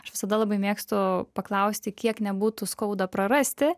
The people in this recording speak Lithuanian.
aš visada labai mėgstu paklausti kiek nebūtų skauda prarasti